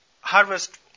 Harvest